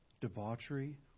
debauchery